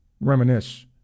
reminisce